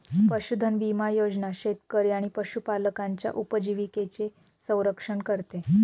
पशुधन विमा योजना शेतकरी आणि पशुपालकांच्या उपजीविकेचे संरक्षण करते